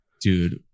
Dude